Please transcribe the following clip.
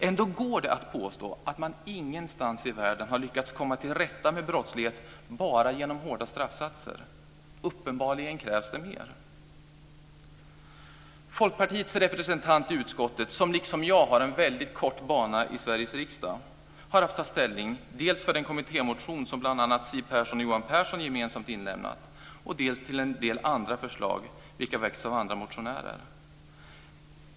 Ändå går det att påstå att man ingenstans i världen har lyckats komma till rätta med brottslighet bara genom hårda straffsatser. Uppenbarligen krävs det mer. Folkpartiets representant i utskottet, som liksom jag har en väldigt kort bana i Sveriges riksdag, har haft att ta ställning dels för den kommittémotion som bl.a. Siw Persson och Johan Pehrsson gemensamt inlämnat, dels till en del andra förslag vilka väckts av andra motionärer.